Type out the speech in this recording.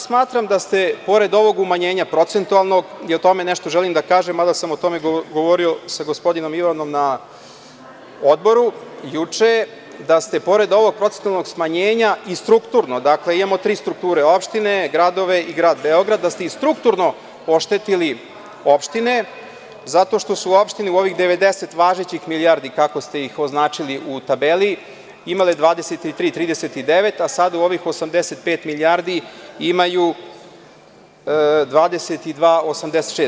Smatram da ste, pored ovog umanjenja procentualnog, i o tome nešto želim da kažem, mada sam o tome govorio sa gospodinom Ivanom na odboru juče, da ste pored ovog procentualnog smanjenja i strukturno, dakle, imamo tri strukture – opštine, gradove i grad Beograd, da ste i strukturno oštetili opštine zato što su opštine u ovih 90 važećih milijardi, kako ste ih označili u tabeli, imale 23,39%, a sada u ovih 85 milijardi imaju 22,86%